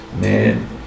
man